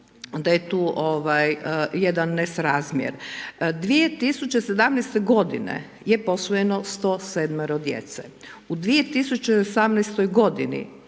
da je tu ovaj, jedan nesrazmjer. 2017.-te godine je posvojeno 107-ero djece, u 2018.-oj godini